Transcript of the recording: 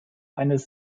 eines